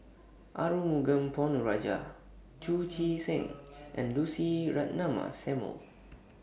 Arumugam Ponnu Rajah Chu Chee Seng and Lucy Ratnammah Samuel